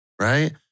right